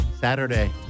Saturday